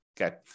okay